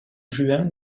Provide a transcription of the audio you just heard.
juin